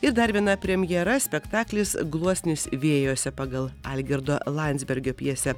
ir dar viena premjera spektaklis gluosnis vėjuose pagal algirdo landsbergio pjesę